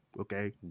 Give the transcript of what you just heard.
Okay